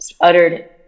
uttered